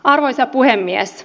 arvoisa puhemies